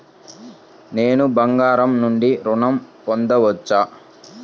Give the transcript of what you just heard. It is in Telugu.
నేను బంగారం నుండి ఋణం పొందవచ్చా?